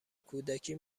کودکی